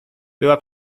była